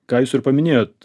ką jūs ir paminėjot